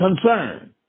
concern